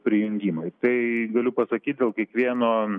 prijungimai tai galiu pasakyt dėl kiekvieno